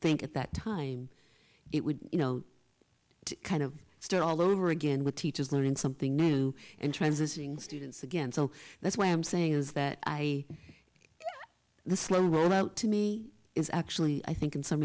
think at that time it would you know kind of start all over again with teachers learning something new and transitioning students again so that's why i'm saying is that i know the sloan well to me is actually i think in some